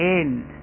end